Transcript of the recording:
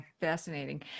fascinating